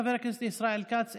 חבר הכנסת ישראל כץ,